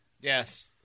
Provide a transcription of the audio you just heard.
Yes